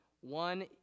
one